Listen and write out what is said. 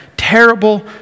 terrible